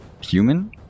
human